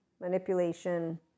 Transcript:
manipulation